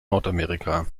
nordamerika